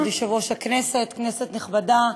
כבוד יושב-ראש הכנסת, כנסת נכבדה,